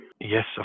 Yes